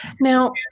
Now